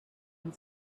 and